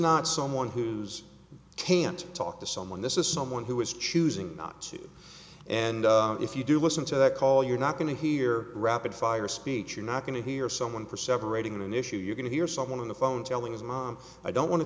not someone who's can't talk to someone this is someone who is choosing not to and if you do listen to that call you're not going to hear rapid fire speech you're not going to hear someone for separating an issue you're going to hear someone on the phone telling his mom i don't want to